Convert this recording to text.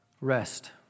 rest